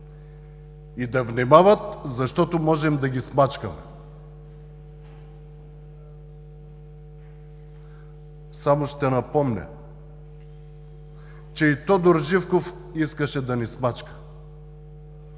„И да внимават, защото можем да ги смачкаме.“ Само ще напомня, че и Тодор Живков искаше да ни смачка.